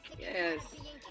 Yes